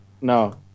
No